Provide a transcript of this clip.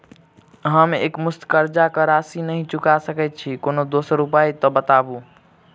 हम एकमुस्त कर्जा कऽ राशि नहि चुका सकय छी, कोनो दोसर उपाय अछि तऽ बताबु?